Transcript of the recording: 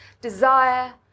desire